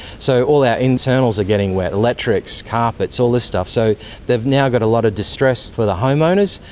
so all our internals are getting wet, electrics, carpets, all this stuff. so they've now got a lot of distress for the homeowners.